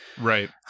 Right